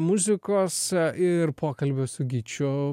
muzikos ir pokalbio su gyčiu